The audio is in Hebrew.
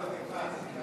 בוועדת